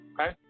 Okay